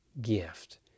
gift